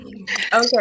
okay